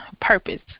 purpose